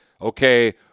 okay